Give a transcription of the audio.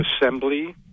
assembly